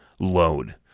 load